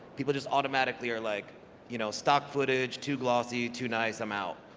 people just automatically are like you know stock footage, too glossy, too nice, i'm out.